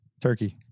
Turkey